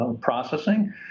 processing